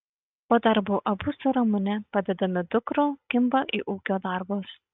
po darbo abu su ramune padedami dukrų kimba į ūkio darbus